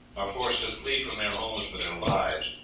are forced to flee from their homes for their lives